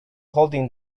holding